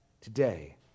Today